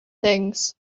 things